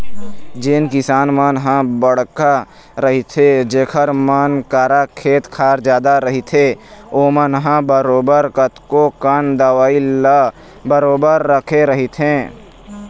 जेन किसान मन ह बड़का रहिथे जेखर मन करा खेत खार जादा रहिथे ओमन ह बरोबर कतको कन दवई ल बरोबर रखे रहिथे